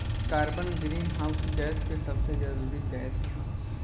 carbon greenhouse gas के सबसे जरूरी गैस ह